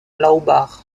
laubach